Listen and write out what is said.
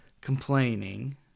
complaining